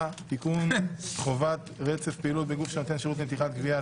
(תיקון - חובת רצף פעילות בגוף שנותן שירות לנתיחת גווייה),